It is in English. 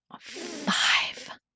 Five